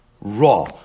raw